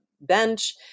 bench